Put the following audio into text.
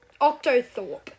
octothorpe